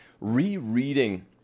rereading